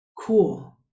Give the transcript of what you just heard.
cool